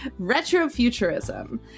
Retrofuturism